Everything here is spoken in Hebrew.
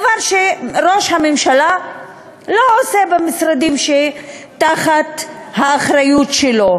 דבר שראש הממשלה לא עושה במשרדים שתחת האחריות שלו,